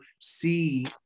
see